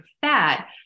fat